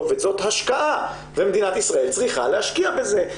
וזאת השקעה ומדינת ישראל צריכה להשקיע בזה.